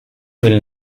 will